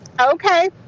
Okay